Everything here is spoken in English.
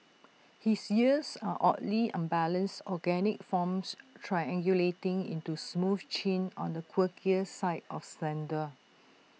his ears are oddly unbalanced organic forms triangulating into smooth chin on the quirkier side of slender